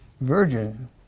virgin